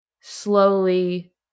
slowly